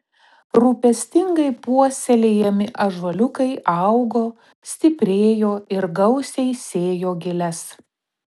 rūpestingai puoselėjami ąžuoliukai augo stiprėjo ir gausiai sėjo giles